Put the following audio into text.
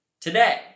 today